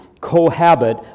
cohabit